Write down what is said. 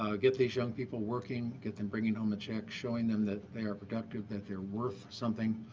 ah get these young people working, get them bringing home a check, showing them that they are productive, that they're worth something,